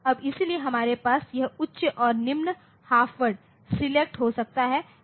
अब इसलिए हमारे पास यह उच्च या निम्न हाफ वर्ड सेलेक्ट हो सकता है